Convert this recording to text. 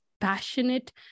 passionate